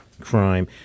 crime